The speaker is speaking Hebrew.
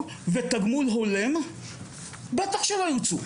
תגמול הולם, בטח שלא ירצו.